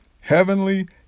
Heavenly